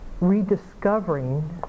rediscovering